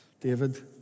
David